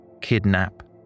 kidnap